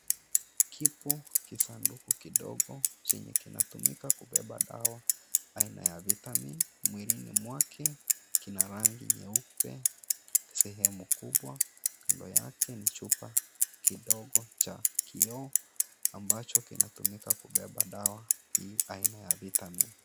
Kipo kisanduku kidogo chenye kinatumika kubeba dawa aina ya vitamin mwilini mwake kina rangi nyeupe, sehemu kubwa kando yake ni chupa kidogo cha kioo ambacho kinatumika kubeba dawa hii aina ya vitamin .